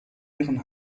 ihren